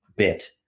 bit